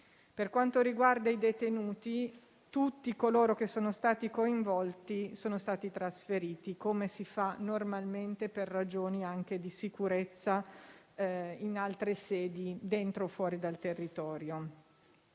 Per quanto riguarda i detenuti, tutti coloro che sono stati coinvolti sono stati trasferiti, come si fa normalmente per ragioni anche di sicurezza in altre sedi, dentro o fuori dal territorio.